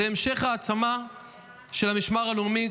והמשך העצמה של המשמר הלאומי.